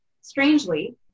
strangely